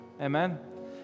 Amen